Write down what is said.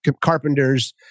carpenters